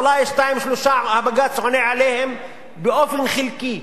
אולי על שתיים-שלוש הבג"ץ עונה באופן חלקי,